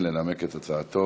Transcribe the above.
זו לא ועדת משנה,